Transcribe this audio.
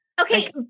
Okay